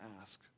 ask